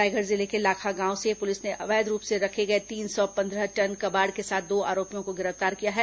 रायगढ़ जिले के लाखा गांव से पुलिस ने अवैध रूप से रखे गए तीन सौ पन्द्रह टन कबाड़ के साथ दो आरोपियों को गिरफ्तार किया है